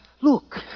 look